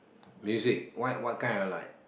music what what kind I like